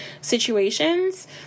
situations